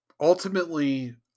ultimately